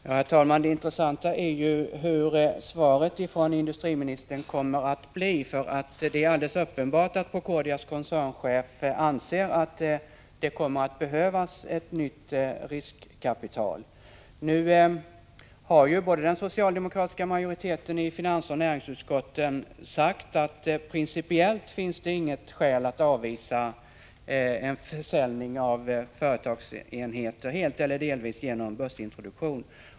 Herr talman! Det intressanta är ju vilket besked industriministern ämnar att ge, för det är alldeles uppenbart att Procordias koncernchef anser att det kommer att behövas nytt riskkapital. Nu har den socialdemokratiska majoriteten i både finansoch näringsutskottet sagt att det principiellt inte finns några skäl att avvisa en försäljning, helt eller delvis, av företagsenheter genom börsintroduktion.